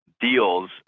deals